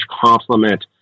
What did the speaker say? complement